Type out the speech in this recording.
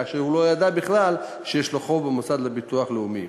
כאשר הוא לא ידע בכלל שיש לו חוב במוסד לביטוח לאומי.